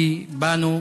בי, בנו,